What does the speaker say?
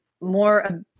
more